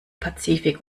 pazifik